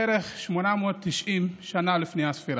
בערך 890 שנה לפני הספירה.